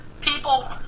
people